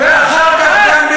ואחר כך גם,